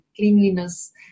cleanliness